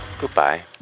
Goodbye